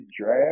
draft